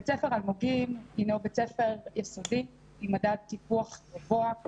בית ספר אלמוגים הינו בית ספר יסודי עם מדד טיפוח גבוה.